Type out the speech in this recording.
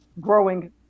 growing